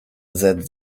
that